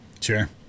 Sure